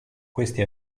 questi